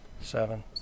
Seven